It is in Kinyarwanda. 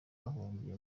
bahungiye